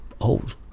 old